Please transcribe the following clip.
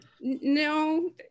no